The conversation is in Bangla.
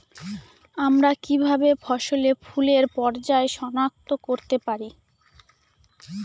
আমরা কিভাবে ফসলে ফুলের পর্যায় সনাক্ত করতে পারি?